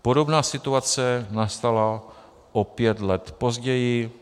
Podobná situace nastala o pět let později.